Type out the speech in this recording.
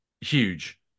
huge